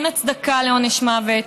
אין הצדקה לעונש מוות,